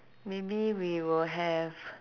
maybe we will have